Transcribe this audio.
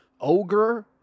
ogre